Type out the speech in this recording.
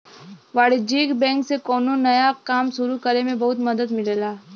वाणिज्यिक बैंक से कौनो नया काम सुरु करे में बहुत मदद मिलेला